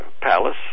palace